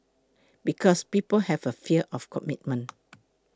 because people have a fear of commitment